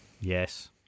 yes